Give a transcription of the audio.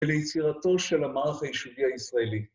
וליצירתו של המערך היישובי הישראלי.